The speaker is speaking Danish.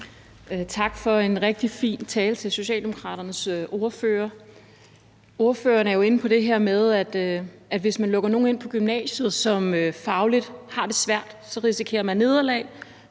for en rigtig fin tale. Ordføreren er jo inde på det her med, at hvis man lukker nogle ind på gymnasiet, som fagligt har det svært, risikerer de nederlag,